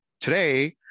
Today